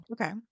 Okay